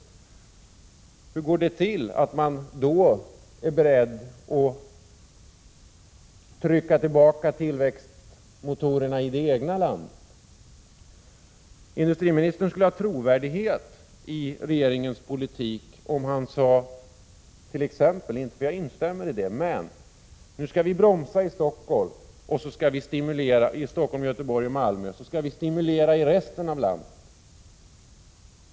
Men hur går det ihop med att man samtidigt är beredd att trycka tillbaka tillväxtmotorerna i det egna landet? Industriministern skulle ge regeringens politik trovärdighet om han t.ex. sade — inte för att jag instämmer i det — att nu skall vi bromsa i Stockholm, Göteborg och Malmö och stimulera i resten av landet.